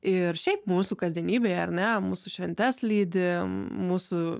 ir šiaip mūsų kasdienybėje ar ne mūsų šventes lydi mūsų